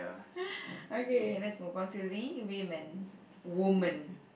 okay let's move on to the women woman